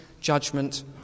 judgment